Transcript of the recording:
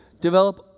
develop